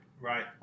Right